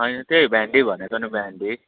होइन त्यही भेन्डी भनेको नि भेन्डी